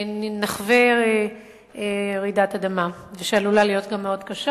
ונחווה רעידת אדמה, שעלולה גם להיות מאוד קשה.